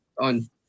on